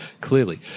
Clearly